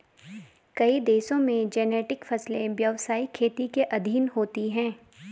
कई देशों में जेनेटिक फसलें व्यवसायिक खेती के अधीन होती हैं